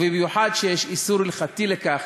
ובמיוחד שיש איסור הלכתי לכך,